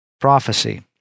prophecy